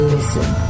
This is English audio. Listen